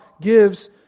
gives